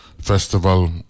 festival